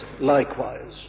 likewise